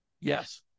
Yes